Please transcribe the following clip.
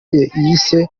yise